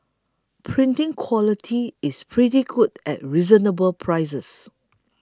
printing quality is pretty good at reasonable prices